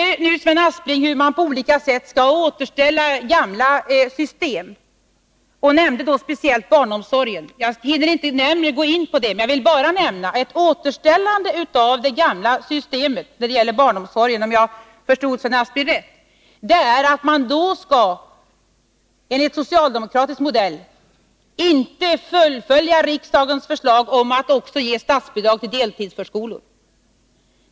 Sven Aspling redogjorde för hur man på olika sätt skall återställa gamla system, och han nämnde då speciellt barnomsorgen. Jag hinner inte gå närmare in på detta, men jag vill säga att ett återställande av det gamla systemet enligt socialdemokratisk modell när det gäller barnomsorgen innebär — om jag har förstått Sven Aspling rätt — att man inte skall fullfölja riksdagens förslag om att också ge statsbidrag till deltidsförskolor.